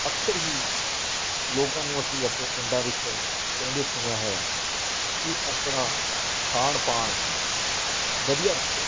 ਅਕਸਰ ਹੀ ਲੋਕਾਂ ਨੂੰ ਅਸੀਂ ਆਪਣੇ ਪਿੰਡਾਂ ਵਿੱਚ ਕਹਿੰਦੇ ਸੁਣਿਆ ਹੈ ਕਿ ਆਪਣਾ ਖਾਣ ਪਾਣ ਵਧੀਆ ਰੱਖੋ